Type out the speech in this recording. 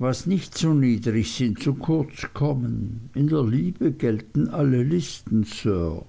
was nicht so niedrig sin zu kurz kommen in der liebe gelten alle listen sir